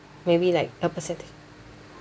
maybe like a percentage